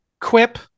Quip